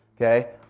Okay